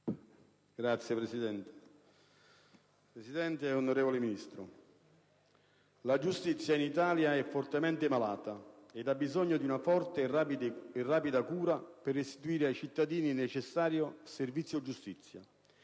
Signor Presidente, onorevole Ministro, la giustizia in Italia è fortemente malata ed ha bisogno di una forte e rapida cura per restituire ai cittadini il necessario servizio giustizia,